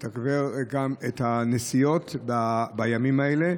לתגבר גם את הנסיעות בימים האלה,